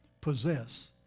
possess